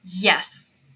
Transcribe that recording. Yes